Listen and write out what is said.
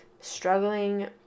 Struggling